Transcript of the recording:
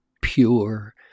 pure